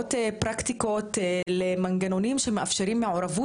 מביאות פרקטיקות למנגנונים שמאפשרים מעורבות